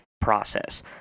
process